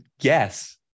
yes